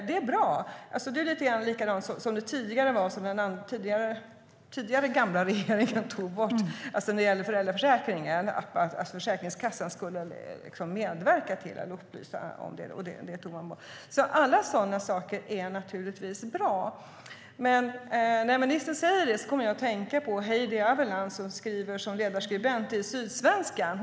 Det är lite grann som det var tidigare när det gäller föräldraförsäkringen och den tidigare gamla regeringen tog bort att Försäkringskassan skulle medverka till att upplysa om detta. Alla sådana saker är naturligtvis bra. När ministern pratade kom jag att tänka på Heidi Avellan, som är ledarskribent för Sydsvenska Dagbladet.